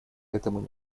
этому